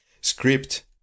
script